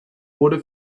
wurde